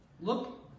Look